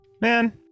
Man